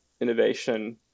innovation